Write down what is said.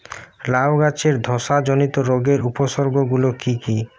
লাউ গাছের ধসা জনিত রোগের উপসর্গ গুলো কি কি?